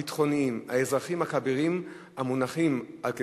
הביטחוניים והאזרחיים הכבירים המונחים על כתפיה,